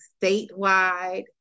statewide